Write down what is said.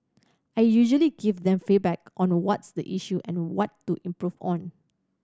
I usually give them feedback on what's the issue and what to improve on